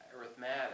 arithmetic